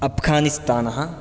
अफ़्गानिस्तानः